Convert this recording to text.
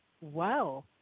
wow